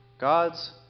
God's